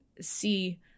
see